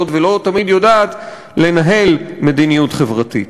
ולא תמיד יודעת לנהל מדיניות חברתית.